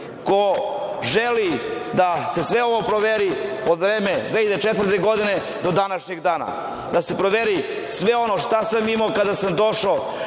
ko želi da se sve ovo proveri od 2004. godine do današnjeg dana, da se proveri sve ono šta sam imao kada sam došao